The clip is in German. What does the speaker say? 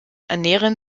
ernähren